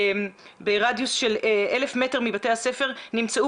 כאשר ברדיוס של 1,000 מטרים מבתי הספר נמצאו